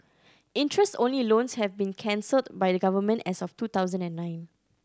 interest only loans have been cancelled by the Government as of two thousand and nine